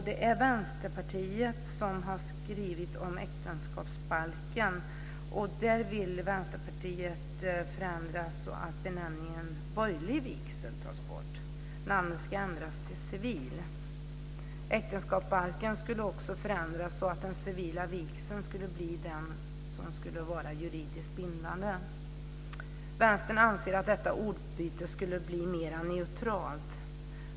Det är Vänsterpartiet vill ha en ändring så att benämningen borgerlig vigsel ändras till civil vigsel. Äktenskapsbalken skulle också förändras så att den civila vigseln skulle bli den som skulle vara juridiskt bindande. Vänstern anser att detta ordbyte skulle bli mer neutralt.